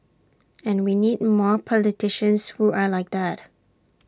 and we need more politicians who are like that